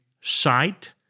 sight